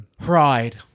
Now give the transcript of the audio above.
pride